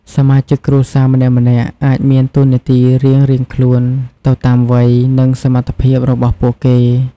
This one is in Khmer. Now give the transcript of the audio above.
សមាជិកគ្រួសារម្នាក់ៗអាចមានតួនាទីរៀងៗខ្លួនទៅតាមវ័យ និងសមត្ថភាពរបស់ពួកគេ ។